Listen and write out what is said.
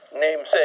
namesake